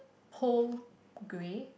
pole grey